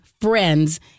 friends